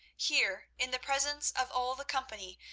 here, in the presence of all the company,